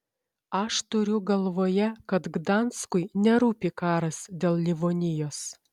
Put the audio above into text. aš turiu galvoje kad gdanskui nerūpi karas dėl livonijos